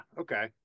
okay